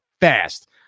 fast